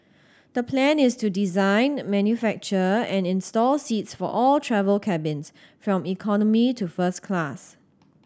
the plan is to design manufacture and install seats for all travel cabins from economy to first class